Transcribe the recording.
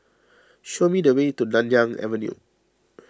show me the way to Nanyang Avenue